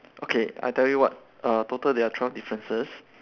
okay I tell you what err total there are twelve differences